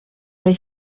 oedd